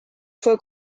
fue